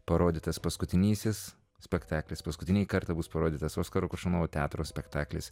parodytas paskutinysis spektaklis paskutinį kartą bus parodytas oskaro koršunovo teatro spektaklis